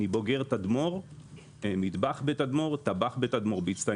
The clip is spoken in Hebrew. אני בוגר לימוד טבחות בתדמור בהצטיינות,